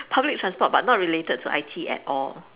public transport but not related to I_T at all